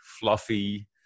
fluffy